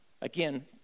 Again